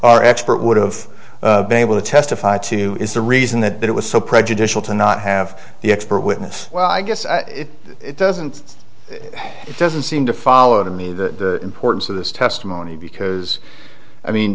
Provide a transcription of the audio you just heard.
our expert would have been able to testify to is the reason that it was so prejudicial to not have the expert witness well i guess it doesn't it doesn't seem to follow to me the importance of this testimony because i mean